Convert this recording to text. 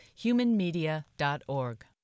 humanmedia.org